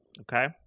Okay